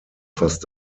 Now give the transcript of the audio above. fast